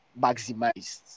maximized